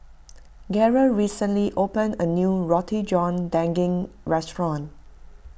Garey recently opened a new Roti John Daging restaurant